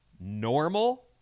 normal